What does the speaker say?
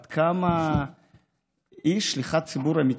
עד כמה היא שליחת ציבור אמיתית.